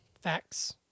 Facts